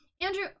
Andrew